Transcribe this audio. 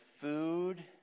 food